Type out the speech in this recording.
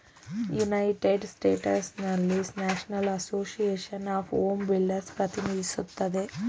united ಸ್ಟೇಟ್ಸ್ನಲ್ಲಿ national association of home builders ಪ್ರತಿನಿಧಿಸುತ್ತದೆ